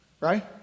right